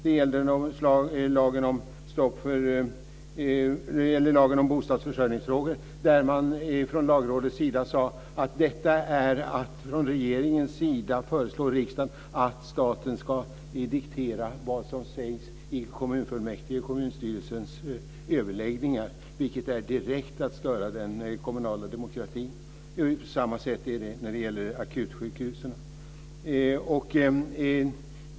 Det gällde lagen om bostadsförsörjningsfrågor. Lagrådet sade att det man från regeringens sida föreslog riksdagen var att staten ska diktera vad som sägs i kommunfullmäktige och vid kommunstyrelsens överläggningar, vilket var att direkt störa den kommunala demokratin. På samma sätt är det när det gäller akutsjukhusen.